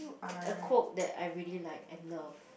a quote that I really like and love